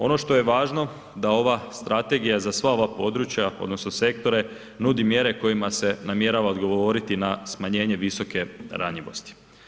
Ono što je važno da ova Strategija za sva ova područja odnosno sektore nudi mjere kojima se namjerava odgovoriti na smanjenje visoke ranjivosti.